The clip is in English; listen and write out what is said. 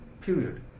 period